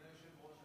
אדוני היושב-ראש,